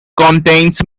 contains